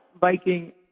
Viking